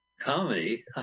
Comedy